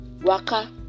Waka